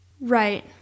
Right